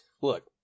look